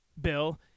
Bill